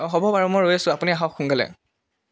অঁ হ'ব বাৰু মই ৰৈ আছোঁ আপুনি আহক সোনকালে